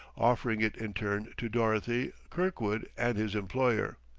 offering it in turn to dorothy, kirkwood and his employer.